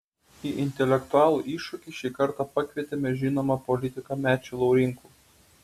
į intelektualų iššūkį šį kartą pakvietėme žinomą politiką mečį laurinkų